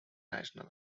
national